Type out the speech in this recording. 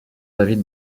david